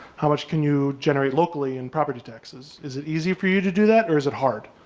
how much can you generate locally in property taxes? is it easy for you to do that? or is it hard?